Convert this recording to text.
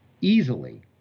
easily